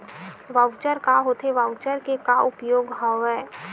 Voucher का होथे voucher के का उपयोग हवय?